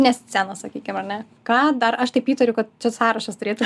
ne scena sakykim ar ne ką dar aš taip įtariu kad čia sąrašas turėtų